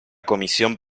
comisión